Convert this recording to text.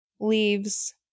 leaves